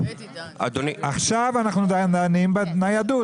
עכשיו אנחנו דנים בניידות.